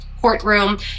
courtroom